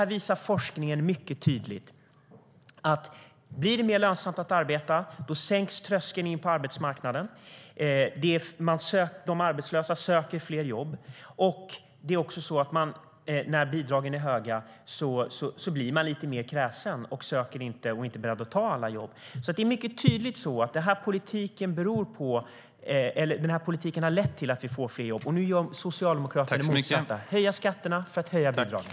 Forskningen visar också mycket tydligt att tröskeln in på arbetsmarknaden sänks när det blir mer lönsamt att arbeta - de arbetslösa söker fler jobb. När bidragen är höga blir man i stället lite mer kräsen och behöver varken söka eller ta alla jobb. Det är alltså mycket tydligt så att den här politiken har lett till att vi får fler jobb, och nu gör Socialdemokraterna det motsatta: De höjer skatterna för att höja bidragen.